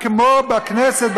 רק כמו בכנסת,